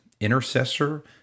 intercessor